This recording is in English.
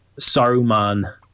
Saruman